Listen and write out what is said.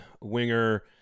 winger